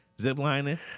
zip-lining